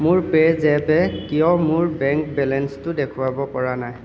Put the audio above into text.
মোৰ পেজএপে কিয় মোৰ বেংক বেলেঞ্চটো দেখুৱাব পৰা নাই